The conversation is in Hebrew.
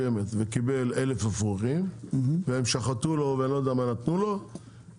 וקיבל 1,000 אפרוחים והם שחטו לו ולא יודע מה נתנו לו,